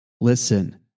Listen